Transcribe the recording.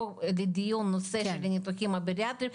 לדיון הנושא של הניתוחים הבריאטריים,